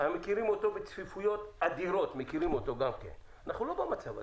אנחנו מכירים אותו בצפיפויות אדירות גם כן ואנחנו לא במצב הזה.